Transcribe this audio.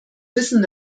wissen